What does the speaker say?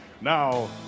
Now